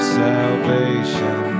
salvation